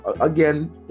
again